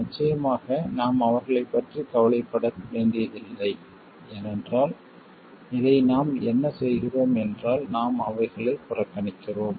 நிச்சயமாக நாம் அவர்களைப் பற்றி கவலைப்பட வேண்டியதில்லை ஏனென்றால் இதை நாம் என்ன செய்கிறோம் என்றால் நாம் அவைகளை புறக்கணிக்கிறோம்